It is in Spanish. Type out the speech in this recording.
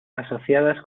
asociadas